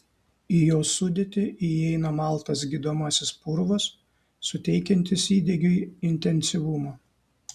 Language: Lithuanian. į jos sudėtį įeina maltas gydomasis purvas suteikiantis įdegiui intensyvumo